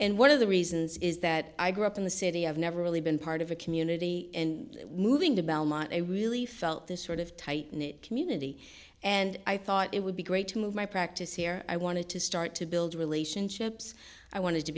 of the reasons is that i grew up in the city i've never really been part of a community and moving to belmont i really felt this sort of tight knit community and i thought it would be great to move my practice here i wanted to start to build relationships i wanted to